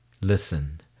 Listen